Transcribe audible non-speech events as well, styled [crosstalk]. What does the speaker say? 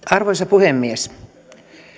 [unintelligible] arvoisa puhemies